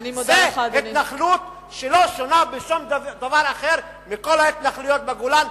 זאת התנחלות שלא שונה בשום דבר אחר מכל ההתנחלויות בגולן,